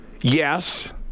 yes